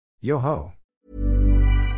Yo-ho